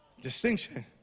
distinction